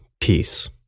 Peace